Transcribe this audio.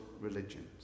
religions